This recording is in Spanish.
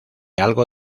algo